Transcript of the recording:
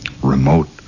Remote